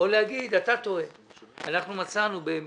באיזה שהוא מקום,